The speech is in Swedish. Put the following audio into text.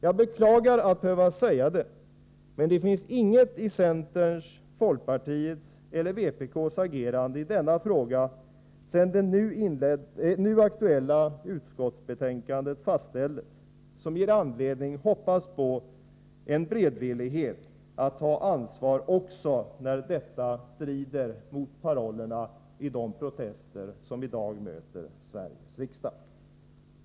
Jag beklagar att behöva säga det, men det finns inget i centerns, folkpartiets eller vpk:s agerande i denna fråga, sedan det nu aktuella utskottsbetänkandet fastställdes, som ger hopp om en beredvillighet från deras sida att ta ansvar också när detta strider mot parollerna i de protester som i dag möter Sveriges riksdag.